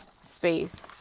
space